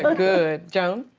good, good, joan.